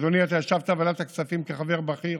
אדוני, אתה ישבת בוועדת הכספים כחבר בכיר,